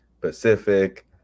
pacific